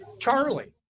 Charlie